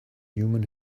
human